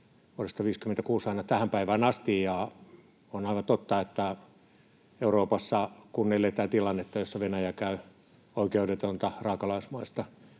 vuodesta 56 aina tähän päivään asti. On aivan totta, että kun Euroopassa eletään tilannetta, jossa Venäjä käy oikeudetonta, raakalaismaista